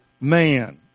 man